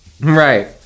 Right